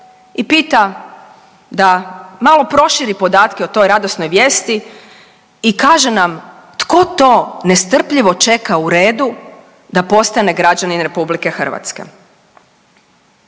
i pita da malo proširi podatke o toj radosnoj vijesti i kaže nam tko to nestrpljivo čeka uredu da postane građanin RH. Stiže